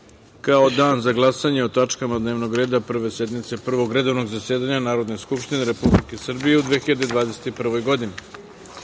kao Dan za glasanje o tačkama dnevnog reda Prve sednice Prvog redovnog zasedanja Narodne skupštine Republike Srbije u 2021. godini. Pre